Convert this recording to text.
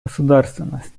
государственность